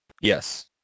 Yes